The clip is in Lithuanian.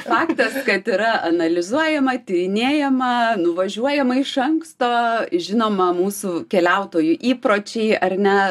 faktas kad yra analizuojama tyrinėjama nuvažiuojama iš anksto žinoma mūsų keliautojų įpročiai ar ne